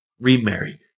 remarried